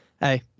hey